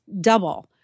double